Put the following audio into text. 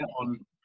on